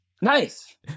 Nice